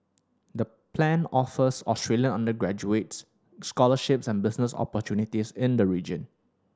the plan offers Australian undergraduates scholarships and business opportunities in the region